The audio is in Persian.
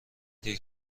دیر